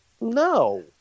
no